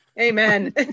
amen